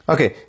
Okay